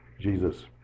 Jesus